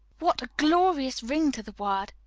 what a glorious ring to the word.